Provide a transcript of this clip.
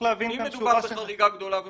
אם מדובר בחריגה גדולה ומשמעותית,